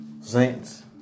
saints